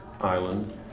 Island